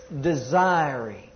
desiring